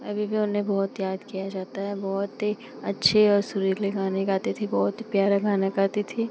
अभी भी उन्हें बहुत याद किया जाता है बहुत ही अच्छे और सुरीले गाने गाती थी बहुत ही प्यारा गाना गाती थीं